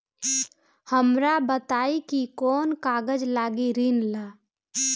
हमरा बताई कि कौन कागज लागी ऋण ला?